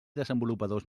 desenvolupadors